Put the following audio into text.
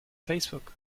facebook